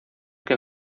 que